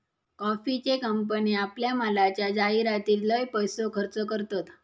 कॉफीचे कंपने आपल्या मालाच्या जाहीरातीर लय पैसो खर्च करतत